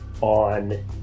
on